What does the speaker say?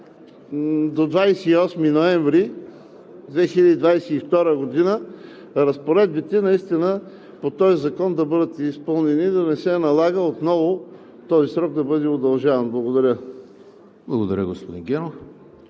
до 28 ноември 2022 г. разпоредбите наистина по този закон да бъдат изпълнени, да не се налага отново този срок да бъде удължаван. Благодаря. ПРЕДСЕДАТЕЛ ЕМИЛ